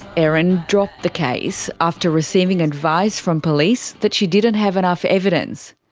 erin dropped the case after receiving advice from police that she didn't have enough evidence.